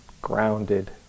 grounded